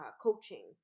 coaching